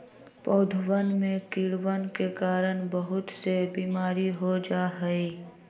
पौधवन में कीड़वन के कारण बहुत से बीमारी हो जाहई